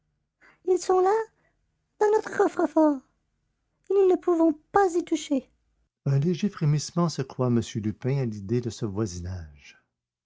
ils sont là dans notre coffre-fort et nous ne pouvons pas y toucher un léger frémissement secoua monsieur lupin à l'idée de ce voisinage